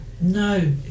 No